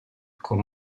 con